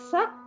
Sak